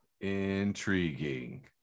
Intriguing